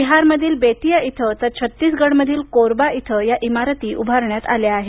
बिहारमधील बेतिया इथं तर छत्तीसगडमधील कोरबा इथं या इमारती उभारण्यात आल्या आहेत